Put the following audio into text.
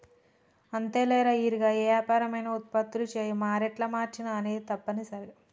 అంతేలేరా ఇరిగా ఏ యాపరం అయినా ఉత్పత్తులు చేయు మారేట్ల మార్చిన అనేది తప్పనిసరి